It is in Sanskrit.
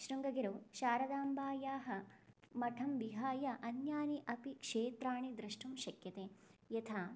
शृङ्गगिरौ शारदाम्बायाः मठं विहाय अन्यानि अपि क्षेत्राणि द्रष्टुं शक्यते यथा